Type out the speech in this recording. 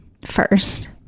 First